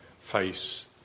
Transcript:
face